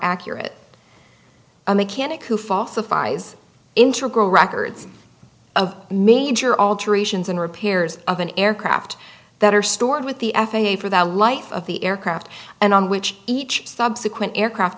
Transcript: accurate a mechanic who falsifies into a girl records of major alterations and repairs of an aircraft that are stored with the f a a for the life of the aircraft and on which each subsequent aircraft